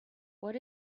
what